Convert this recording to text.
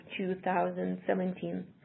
2017